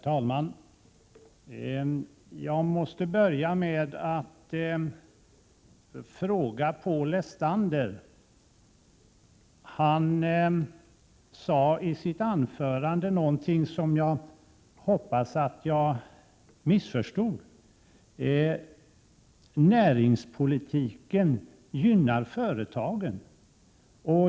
Herr talman! Jag måste börja med att fråga Paul Lestander en sak. Han sade i sitt anförande någonting som jag hoppas att jag missförstod: Näringspolitiken gynnar företagen.